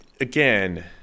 Again